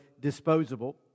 disposable